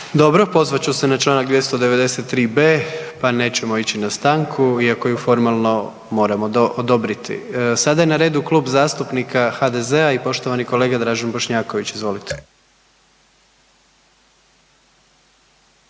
Dobro. Pozvat ću se na čl. 293b., pa nećemo ići na stanku iako ju formalno moram odobriti. Sada je na redu Klub zastupnika HDZ-a i poštovani kolega Dražen Bošnjaković, izvolite.